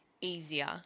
easier